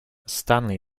stanley